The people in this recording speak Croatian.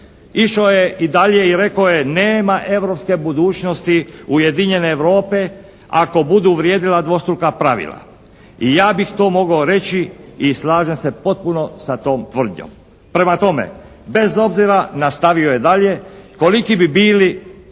Išao je i dalje i rekao je nema europske budućnosti ujedinjene Europe ako budu vrijedila dvostruka pravila. I ja bih to mogao reći i slažem se potpuno sa tom tvrdnjom. Prema tome, bez obzira, nastavio je dalje, koliki bi bili